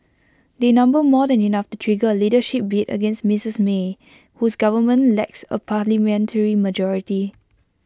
they number more than enough to trigger A leadership bid against Mrs may whose government lacks A parliamentary majority